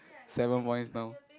seven points now